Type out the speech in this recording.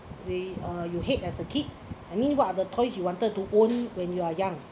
the uh you hate as a kid I mean what are the toys you wanted to own when you are young